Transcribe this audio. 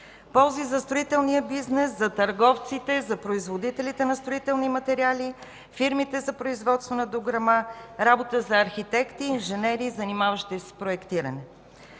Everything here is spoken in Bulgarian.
Ползи за строителния бизнес, за търговците, за производителите на строителни материали, фирмите за производство на дограма, работа за архитекти, инженери, занимаващи се с проектиране.